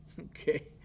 Okay